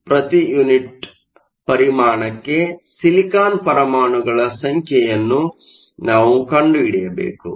ಪ್ರತಿ ಯೂನಿಟ್ ಪರಿಮಾಣಕ್ಕೆ ಸಿಲಿಕಾನ್ ಪರಮಾಣುಗಳ ಸಂಖ್ಯೆಯನ್ನು ನಾವು ಕಂಡುಹಿಡಿಯಬೇಕು